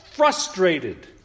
Frustrated